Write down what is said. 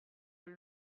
loin